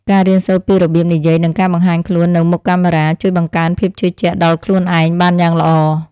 ការរៀនសូត្រពីរបៀបនិយាយនិងការបង្ហាញខ្លួននៅមុខកាមេរ៉ា ជួយបង្កើនភាពជឿជាក់ដល់ខ្លួនឯងបានយ៉ាងល្អ។